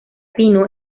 pino